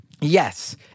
Yes